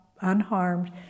unharmed